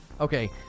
Okay